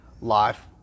life